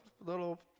little